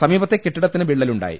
സമീപത്തെ കെട്ടിടത്തിന് വിള്ളലുണ്ടായി